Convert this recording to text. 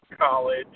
College